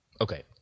Okay